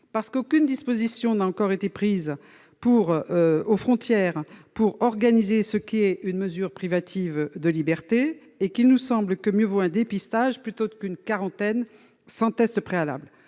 parce qu'aucune disposition n'a encore été prise aux frontières pour organiser ce qui constitue une mesure privative de liberté et parce qu'il nous semble que mieux vaut un dépistage qu'une quarantaine sans test préalable.